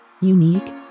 Unique